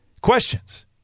questions